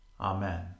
Amen